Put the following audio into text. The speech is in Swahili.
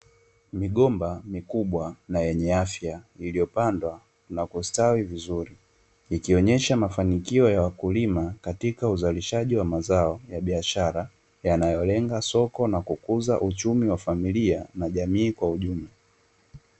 Migomba mikubwa na yenye afya iliyopandwa na kustawi vizuri, ikionyesha mafanikio ya wakulima katika uzalishaji wa mazao ya biashara, yanayolenga soko na kukuza uchumi wa familia na jamii kwa ujumla.